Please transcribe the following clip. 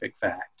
fact